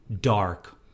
dark